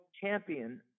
champion